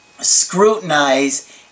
Scrutinize